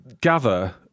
gather